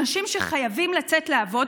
אנשים שחייבים לצאת לעבוד,